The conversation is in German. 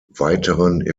weiteren